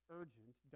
urgent